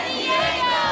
Diego